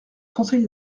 conseil